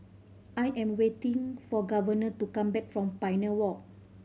I am waiting for Governor to come back from Pioneer Walk